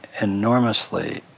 enormously